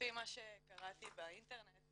לפי מה שקראתי באינטרנט